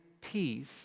peace